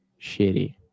shitty